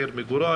עיר מגורי,